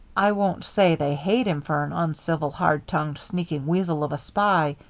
i won't say they hate him for an uncivil, hard-tongued, sneaking weasel of a spy